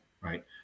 right